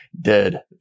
dead